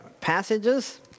passages